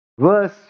verse